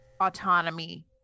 autonomy